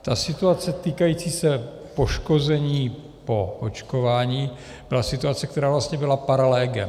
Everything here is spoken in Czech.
Ta situace týkající se poškození po očkování byla situace, která vlastně byla para legem.